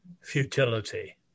futility